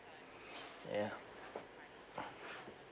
yeah